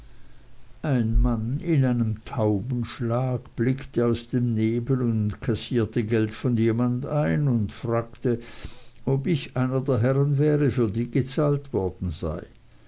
ein mann in einem taubenschlag blickte aus dem nebel und kassierte geld von jemand ein und fragte ob ich einer der herren wäre für die gezahlt worden sei